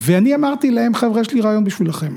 ואני אמרתי להם חבר'ה, יש לי רעיון בשבילכם.